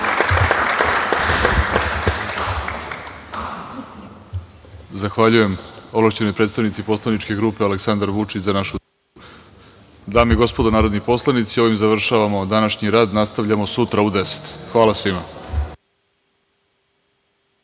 Zahvaljujem ovlašćenoj predstavnici poslaničke grupe "Aleksandar Vučić – za našu decu“.Dame i gospodo narodni poslanici, ovim završavamo današnji rad. Nastavljamo sutra u 10.00 časova. Hvala svima.